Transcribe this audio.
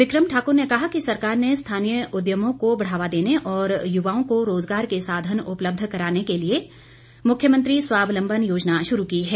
विक्रम ठाकुर ने कहा कि सरकार ने स्थानीय उद्यमों को बढ़ावा देने और युवाओं को रोजगार साधन उपलब्ध कराने के लिए मुख्यमंत्री स्वावलंबन योजना शुरू की है